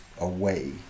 away